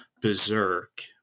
berserk